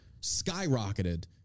skyrocketed